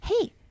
hey